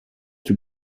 two